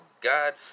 God